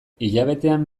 hilabetean